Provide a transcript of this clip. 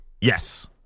Yes